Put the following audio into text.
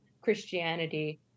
Christianity